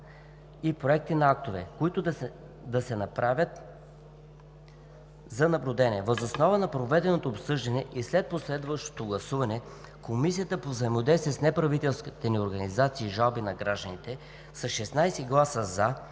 проекти на актове, които да са например за наблюдение. Въз основа на проведеното обсъждане и след последвалото гласуване Комисията по взаимодействието с неправителствените организации и жалбите на гражданите с 16 гласа